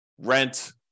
rent